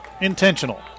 intentional